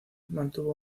mantuvo